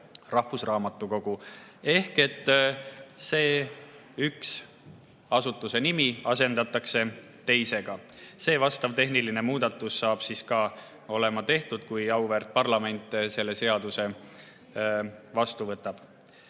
rahvusraamatukogu ehk üks asutuse nimi asendatakse teisega. See tehniline muudatus saab ka tehtud, kui auväärt parlament selle seaduse vastu võtab.